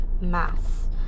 mass